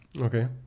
Okay